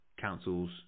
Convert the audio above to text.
councils